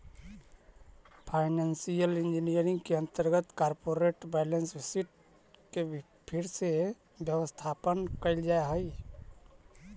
financial engineering के अंतर्गत corporate balance sheet के फिर से व्यवस्थापन कैल जा हई